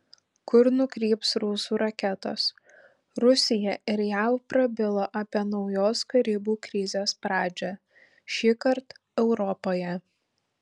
kur nukryps rusų raketos rusija ir jav prabilo apie naujos karibų krizės pradžią šįkart europoje